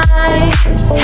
eyes